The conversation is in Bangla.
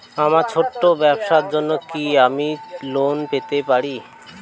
আমার ছোট্ট ব্যাবসার জন্য কি আমি লোন পেতে পারি?